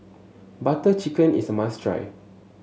Butter Chicken is a must try